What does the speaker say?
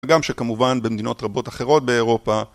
גם שכמובן במדינות רבות אחרות באירופה